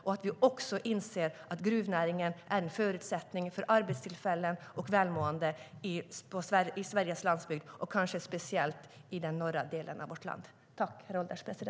Man måste inse att gruvnäringen är en förutsättning för arbetstillfällen och välmående på Sveriges landsbygd, kanske speciellt i den norra delen av vårt land.